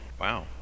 Wow